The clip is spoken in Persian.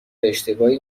اشتباهی